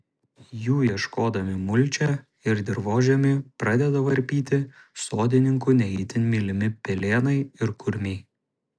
jų ieškodami mulčią ir dirvožemį pradeda varpyti sodininkų ne itin mylimi pelėnai ir kurmiai